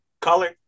Color